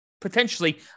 potentially